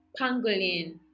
pangolin